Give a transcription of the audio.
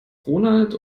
ronald